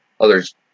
others